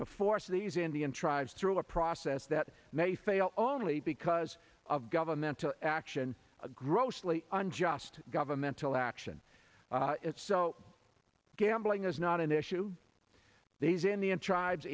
to force these indian tribes through a process that may fail only because of governmental action a grossly unjust governmental action it's so gambling is not an issue these in the end tribes